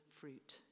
fruit